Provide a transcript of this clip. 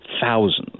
thousands